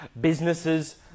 businesses